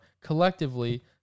collectively